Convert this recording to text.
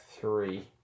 three